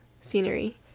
scenery